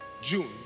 June